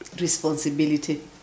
Responsibility